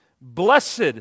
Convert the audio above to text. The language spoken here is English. Blessed